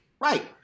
Right